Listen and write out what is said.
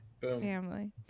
Family